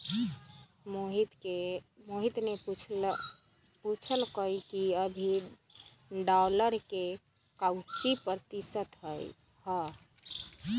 मोहित ने पूछल कई कि अभी डॉलर के काउची प्रतिशत है?